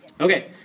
Okay